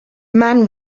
man